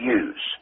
use